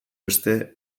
beste